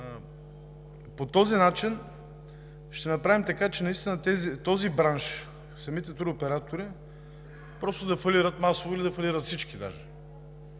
По този начин ще направим така, че наистина този бранш – самите туроператори, просто да фалират масово или да фалират всички даже.